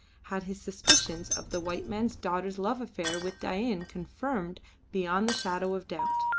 had his suspicions of the white man's daughter's love affair with dain confirmed beyond the shadow of doubt.